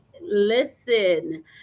listen